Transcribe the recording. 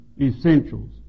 essentials